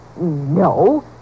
No